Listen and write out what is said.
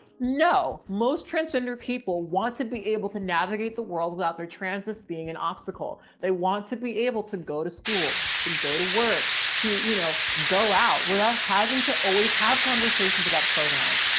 no, most transgender people want to be able to navigate the world without their transits being an obstacle. they want to be able to go to school to go to work to, you know, go out without having to always have conversations about pronouns.